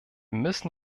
müssen